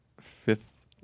fifth